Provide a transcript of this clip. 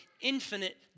infinite